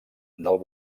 del